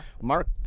Mark